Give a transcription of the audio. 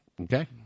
Okay